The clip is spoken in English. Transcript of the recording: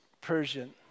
Persian